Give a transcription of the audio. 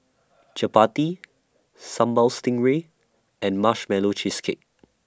Chappati Sambal Stingray and Marshmallow Cheesecake